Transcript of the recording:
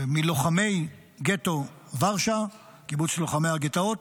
מלוחמי גטו ורשה, מקיבוץ לוחמי הגטאות.